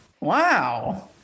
Wow